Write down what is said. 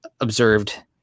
observed